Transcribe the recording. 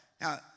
now